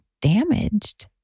damaged